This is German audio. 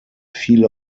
viele